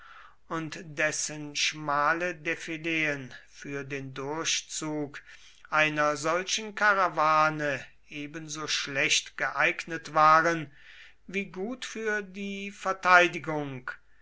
und dessen schmale defileen für den durchzug einer solchen karawane ebenso schlecht geeignet waren wie gut für die verteidigung